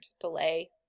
delay